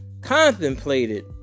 contemplated